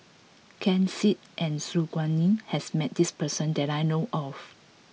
Ken Seet and Su Guaning has met this person that I know of